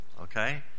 Okay